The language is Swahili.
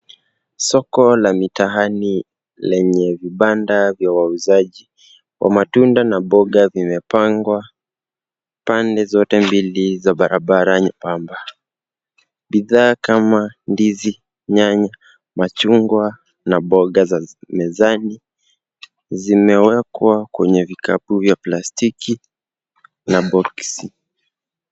Soko la mitaani lenye vibanda vya wauzaji wa matunda na mboga vimepangwa pande zote mbili za barabara nyembamba. Bidhaa kama ndizi, nyanya, machungwa na mboga za mezani zimewekwa kwenye vikapu vya plastiki na boksi.